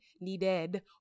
needed